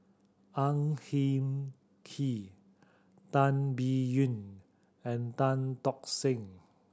Ang Hin Kee Tan Biyun and Tan Tock Seng